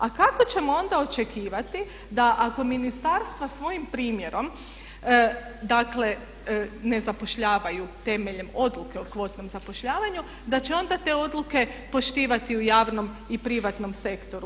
A kako ćemo onda očekivati da ako ministarstva svojim primjerom dakle ne zapošljavaju temeljem odluke o kvotom zapošljavanju da će onda te odluke poštivati u javnom i privatnom sektoru.